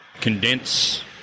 condense